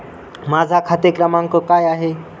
माझा खाते क्रमांक काय आहे?